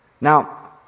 Now